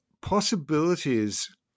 possibilities